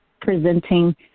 presenting